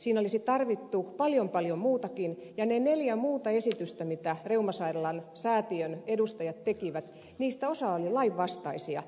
siinä olisi tarvittu paljon paljon muutakin ja niistä neljästä muusta esityksestä jotka reumasairaalan säätiön edustajat tekivät osa oli lainvastaisia